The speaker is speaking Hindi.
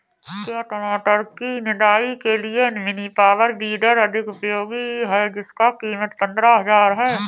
क्या टमाटर की निदाई के लिए मिनी पावर वीडर अधिक उपयोगी है जिसकी कीमत पंद्रह हजार है?